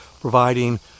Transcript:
providing